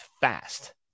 fast